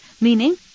Meaning